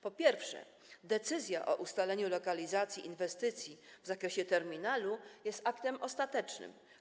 Po pierwsze, decyzja o ustaleniu lokalizacji inwestycji w zakresie terminalu jest aktem ostatecznym.